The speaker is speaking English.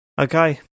Okay